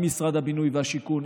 עם משרד הבינוי והשיכון,